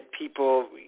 people